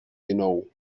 dinou